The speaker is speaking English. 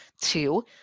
Two